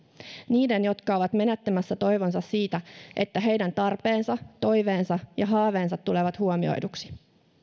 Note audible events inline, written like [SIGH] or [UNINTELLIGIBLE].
[UNINTELLIGIBLE] niiden jotka ovat menettämässä toivonsa siitä että heidän tarpeensa toiveensa ja haaveensa tulevat huomioiduksi